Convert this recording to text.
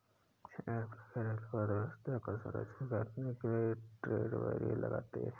सरकार अपने घरेलू अर्थव्यवस्था को संरक्षित करने के लिए ट्रेड बैरियर लगाती है